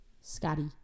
Scotty